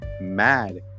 mad